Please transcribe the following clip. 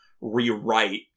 rewrite